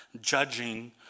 judging